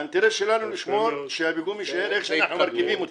האינטרס שלנו לשמור שהפיגום יישאר איך שאנחנו מרכיבים אותו.